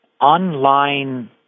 online